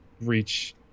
reach